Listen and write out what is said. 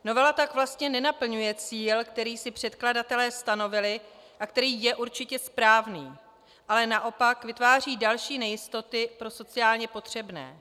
Novela tak vlastně nenaplňuje cíl, který si předkladatelé stanovili a který je určitě správný, ale naopak vytváří další nejistoty pro sociálně potřebné.